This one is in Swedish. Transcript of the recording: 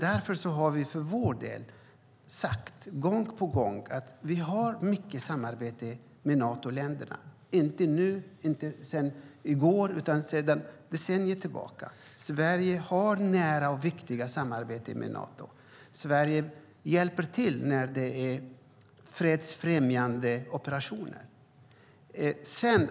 Därför har vi för vår del sagt gång på gång att vi har mycket samarbete med Natoländerna, inte sedan i går utan sedan decennier tillbaka. Sverige har ett nära och viktigt samarbete med Nato. Sverige hjälper till när det är fredsfrämjande operationer.